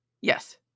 Yes